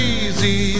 easy